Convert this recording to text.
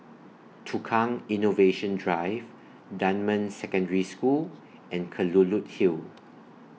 Tukang Innovation Drive Dunman Secondary School and Kelulut Hill